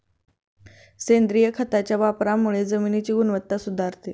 सेंद्रिय खताच्या वापरामुळे जमिनीची गुणवत्ता सुधारते